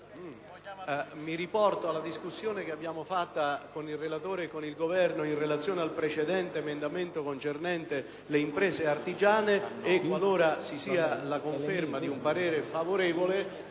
mi riallaccio alla discussione che abbiamo svolto con il relatore e il rappresentante del Governo in relazione al precedente emendamento concernente le imprese artigiane. Qualora vi sia la conferma di un parere favorevole,